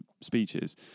speeches